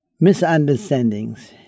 misunderstandings